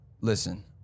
Listen